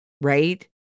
Right